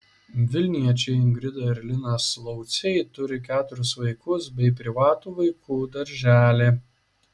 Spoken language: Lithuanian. vilniečiai ingrida ir linas lauciai turi keturis vaikus bei privatų vaikų darželį